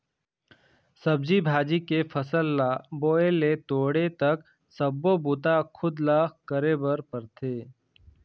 सब्जी भाजी के फसल ल बोए ले तोड़े तक सब्बो बूता खुद ल करे बर परथे